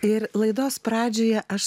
ir laidos pradžioje aš